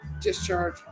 discharge